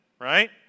Right